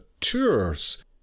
Tours